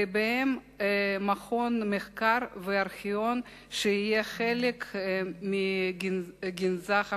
ובהם מכון מחקר וארכיון שיהיה חלק מגנזך המדינה,